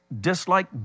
dislike